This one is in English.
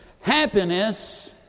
Happiness